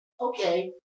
Okay